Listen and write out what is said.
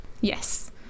Yes